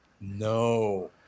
No